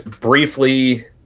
briefly